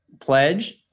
Pledge